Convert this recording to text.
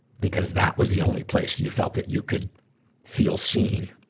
because that was the only place you felt that you could feel seen.